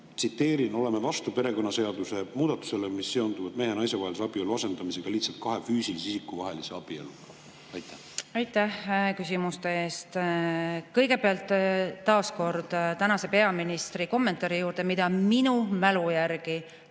tsiteerin: oleme vastu perekonnaseaduse muudatusele, mis seondub mehe ja naise vahelise abielu asendamisega lihtsalt kahe füüsilise isiku vahelise abieluga. Aitäh küsimuste eest! Kõigepealt taas peaministri kommentaari juurde, mille ta minu mälu järgi